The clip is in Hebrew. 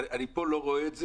אני פה לא רואה את זה.